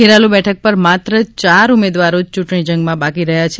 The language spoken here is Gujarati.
ખેરાલુ બેઠક પર માત્ર ચાર ઉમેદવાર જ યૂંટણી જંગમાં બાકી રહ્યા છે